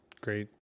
great